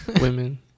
women